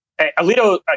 Alito